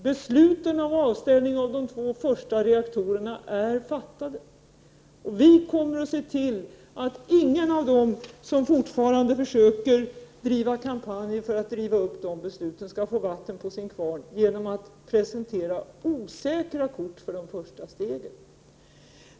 Besluten om avstängning av de två första reaktorerna är fattade, och vi kommer att se till att ingen av dem som fortfarande försöker driva kampanjer för att riva upp dessa beslut skall få vatten på sin kvarn på grund av att det presenteras osäkra kort när det gäller de första stegen.